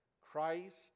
Christ